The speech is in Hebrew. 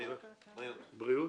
בריאות,